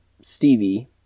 Stevie